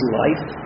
life